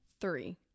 Three